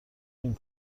این